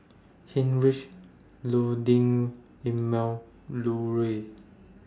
Heinrich Emil Luering